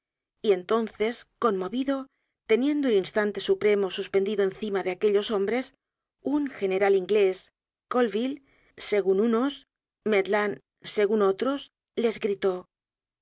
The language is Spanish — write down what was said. y entonces conmovido teniendo el instante supremo suspendido encima de aquellos hombres un general inglés colville segun unos ó maitland segun otros les gritó